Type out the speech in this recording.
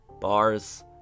bars